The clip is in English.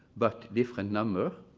but different number.